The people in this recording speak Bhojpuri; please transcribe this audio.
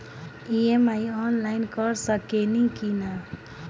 ई.एम.आई आनलाइन कर सकेनी की ना?